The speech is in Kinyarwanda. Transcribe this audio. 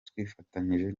twifatanyije